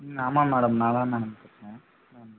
ஆமாம் மேடம் நான் தான் மேடம் பேசுகிறேன் மேம்